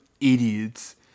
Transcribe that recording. idiots